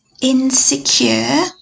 insecure